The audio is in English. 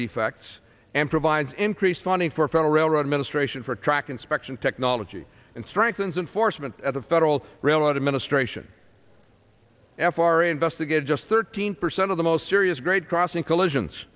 defects and provides increased funding for federal railroad administration for track inspection technology and strengthens enforcement at the federal railroad administration f r investigated just thirteen percent of the most serious grade crossing collisions